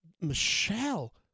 Michelle